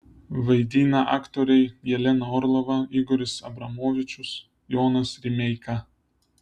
vaidina aktoriai jelena orlova igoris abramovičius jonas rimeika